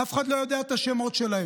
אף אחד לא יודע את השמות שלהם